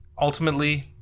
ultimately